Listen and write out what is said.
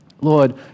Lord